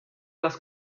las